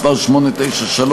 מס' 893,